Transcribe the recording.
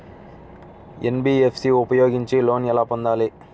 NBFC ఉపయోగించి loan ఎలా పొందాలి?